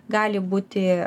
gali būti